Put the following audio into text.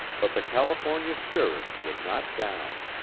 but the california spirit would not down.